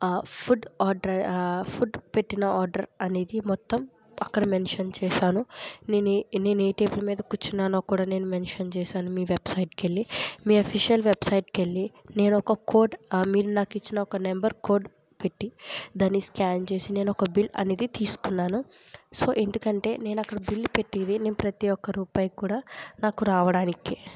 ఆ food order ఆ food పెట్టిన ఆర్డర్ అనేది మొత్తం అక్కడ మెన్షన్ చేసాను నేను ఏ నేను ఏ టేబుల్ మీద కూర్చున్నానో కూడా నేను మెన్షన్ చేశాను మీ వెబ్సైట్కి వెళ్లి మీ ఆఫిసియల్ వెబ్సైట్కు వెళ్ళి నేను ఒక కోడ్ మీరు నాకు ఇచ్చిన ఒక నెంబర్ కోడ్ పెట్టి దాన్ని స్కాన్ చేసి నేను ఒక బిల్ అనేది తీసుకున్నాను సో ఎందుకంటే నేను అక్కడ బిల్ పెట్టేది నేను ప్రతీ ఒక్క రూపాయి కూడా నాకు రావడానికి